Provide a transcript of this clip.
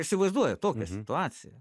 įsivaizduojat tokią situaciją